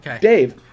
Dave